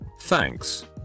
Thanks